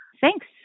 Thanks